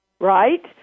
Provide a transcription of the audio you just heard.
Right